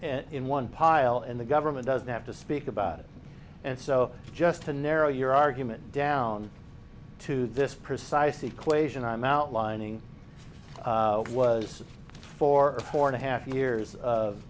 in one pile and the government doesn't have to speak about it and so just to narrow your argument down to this precise equation i'm outlining was for four and a half years